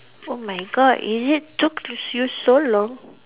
oh my god is it took to see you so long